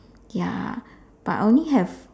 ya but I only have